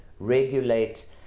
regulate